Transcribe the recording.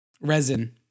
Resin